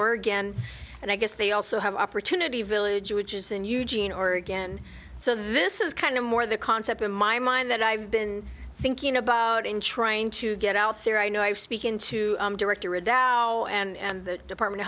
oregon and i guess they also have opportunity village which is in eugene oregon so this is kind of more the concept in my mind that i've been thinking about in trying to get out there i know i was speaking to director redoubt and the department